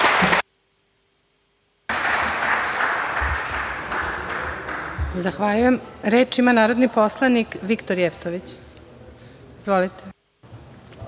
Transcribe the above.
Zahvaljujem. Reč ima narodni poslanik, Viktor Jevtović. Izvolite.